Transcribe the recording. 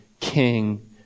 king